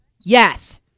Yes